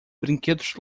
brinquedos